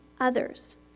Others